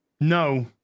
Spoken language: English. No